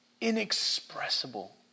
inexpressible